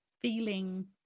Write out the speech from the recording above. feeling